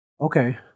Okay